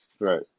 Right